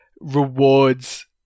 rewards